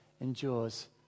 endures